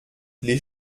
les